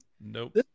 Nope